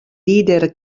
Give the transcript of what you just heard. leader